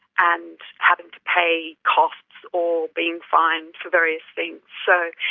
and having to pay costs or being fined for various things, so